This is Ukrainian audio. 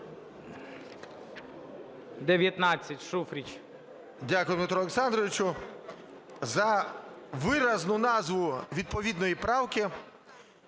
Дякую, Дмитро Олександрович за виразну назву відповідної правки.